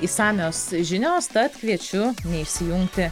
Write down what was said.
išsamios žinios tad kviečiu neišsijungti